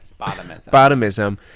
Bottomism